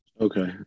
Okay